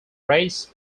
race